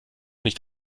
nicht